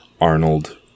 Arnold